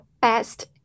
best